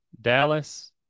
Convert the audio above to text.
Dallas